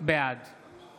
בעד